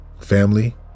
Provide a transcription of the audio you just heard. Family